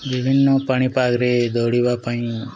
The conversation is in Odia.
ବିଭିନ୍ନ ପାଣିପାଗରେ ଦୌଡ଼ିବା ପାଇଁ